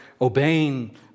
obeying